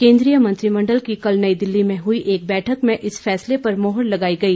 केंद्रीय मंत्रिमंडल की कल नई दिल्ली में हुई एक बैठक में इस फैसले पर मोहर लगाई गई